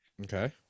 okay